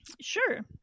Sure